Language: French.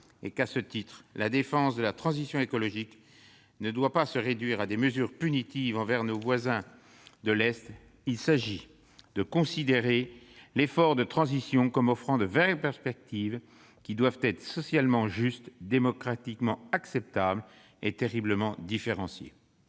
À ce titre, la défense de la transition écologique ne doit pas se réduire à des mesures punitives envers nos voisins de l'Est. Il s'agit de considérer l'effort de transition comme offrant de vraies perspectives, qui doivent être socialement justes, démocratiquement acceptables et territorialement différenciées.